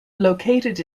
located